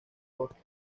bosque